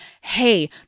Hey